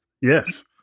Yes